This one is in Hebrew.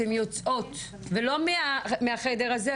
אתן יוצאות ולא מהחדר הזה,